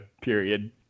period